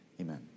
Amen